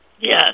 Yes